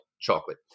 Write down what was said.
chocolate